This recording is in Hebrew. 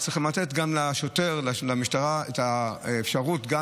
וצריכים לתת גם למשטרה את האפשרות גם